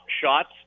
shots